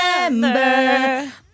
remember